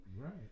Right